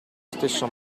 stesso